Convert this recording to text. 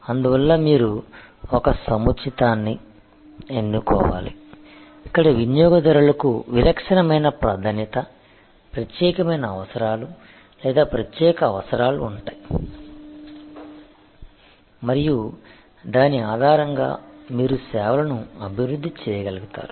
అందువల్ల మీరు ఒక సముచితాన్ని ఎన్నుకోవాలి ఇక్కడ వినియోగదారులకు విలక్షణమైన ప్రాధాన్యత ప్రత్యేకమైన అవసరాలు లేదా ప్రత్యేక అవసరాలు ఉంటాయి మరియు దాని ఆధారంగా మీరు సేవలను అభివృద్ధి చేయగలుగుతారు